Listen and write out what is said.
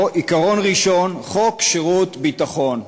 עיקרון ראשון, חוק שירות ביטחון,